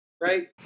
Right